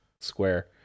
square